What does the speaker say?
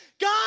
God